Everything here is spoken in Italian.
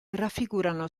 raffigurano